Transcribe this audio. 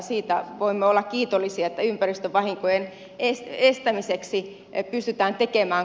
siitä voimme olla kiitollisia että ympäristövahinkojen estämiseksi pystytään tekemään kaikkemme